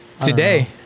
Today